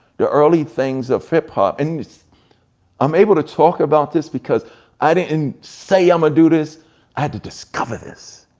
the early things of hip hop, and i'm able to talk about this because i didn't say imma do this, i had to discover this.